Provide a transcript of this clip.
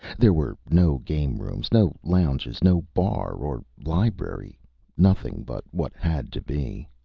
there were no game rooms, no lounges, no bar or library nothing but what had to be.